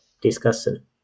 discussion